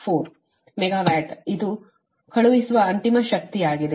4 megawatt ಅದು ಕಳುಹಿಸುವ ಅಂತಿಮ ಶಕ್ತಿಯಾಗಿದೆ